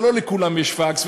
ולא לכולם יש פקס,